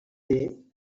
day